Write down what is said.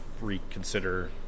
reconsider